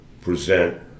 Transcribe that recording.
present